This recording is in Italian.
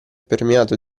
permeato